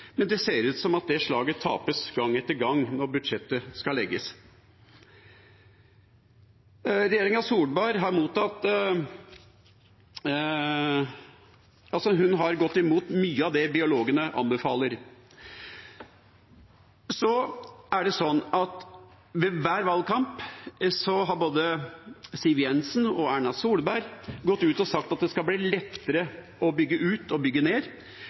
men det ser ut til at det slaget tapes gang etter gang når budsjettet skal legges. Regjeringa Solberg har gått imot mye av det biologene anbefaler. Ved hver valgkamp har både Siv Jensen og Erna Solberg gått ut og sagt at det skal bli lettere å bygge ut og bygge ned,